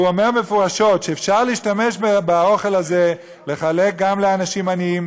הוא אומר מפורשות שאפשר להשתמש באוכל הזה גם לחלק לאנשים עניים,